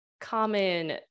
common